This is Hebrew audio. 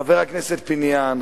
חבר הכנסת פיניאן,